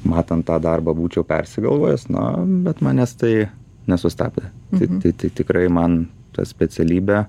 matant tą darbą būčiau persigalvojęs na bet manęs tai nesustabdė tai tai tai tikrai man ta specialybė